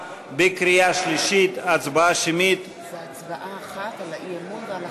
בקריאה השלישית מבקשים לראות הצבעת אי-אמון.